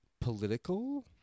political